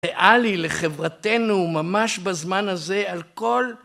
ואלי לחברתנו ממש בזמן הזה על כל